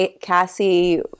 Cassie